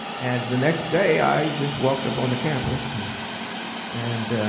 and the next day i just walked up on the campus and and